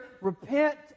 repent